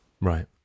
Right